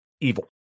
evil